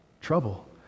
Trouble